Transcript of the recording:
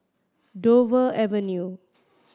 Dover Avenue